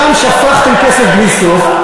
שם שפכתם כסף בלי סוף,